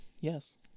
Yes